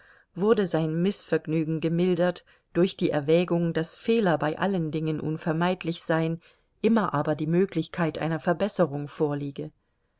wurde sein mißvergnügen gemildert durch die erwägung daß fehler bei allen dingen unvermeidlich seien immer aber die möglichkeit einer verbesserung vorliege